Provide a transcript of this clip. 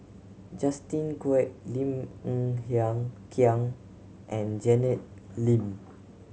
Justin Quek Lim Hng Kiang and Janet Lim